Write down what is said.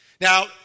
Now